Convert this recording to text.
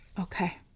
Okay